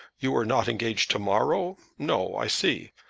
you are not engaged to-morrow? no, i see.